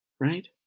right